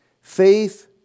Faith